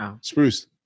Spruce